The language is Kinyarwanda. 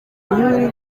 y’uri